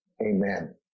Amen